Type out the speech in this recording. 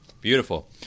beautiful